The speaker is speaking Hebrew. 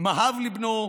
מאב לבנו,